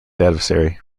adversary